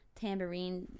tambourine